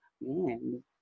man